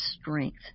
strength